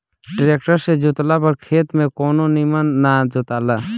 tractor से जोतला पर खेत के कोना निमन ना जोताला